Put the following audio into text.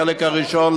החלק הראשון,